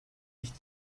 nicht